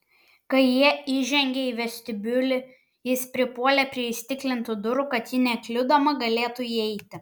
kai jie įžengė į vestibiulį jis pripuolė prie įstiklintų durų kad ji nekliudoma galėtų įeiti